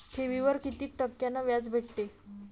ठेवीवर कितीक टक्क्यान व्याज भेटते?